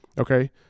Okay